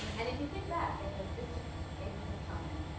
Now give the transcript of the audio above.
um and if you think back in the distant ages of time